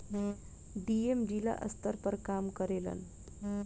DM जिला स्तर पर काम करेलन